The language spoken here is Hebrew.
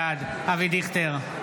בעד אבי דיכטר,